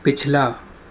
پچھلا